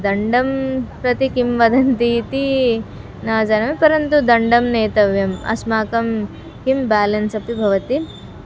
दण्डं प्रति किं वदन्ति इति न जानमि परन्तु दण्डं नेतव्यम् अस्माकं किं बेलेन्स् अपि भवति